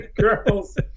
girls